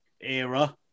era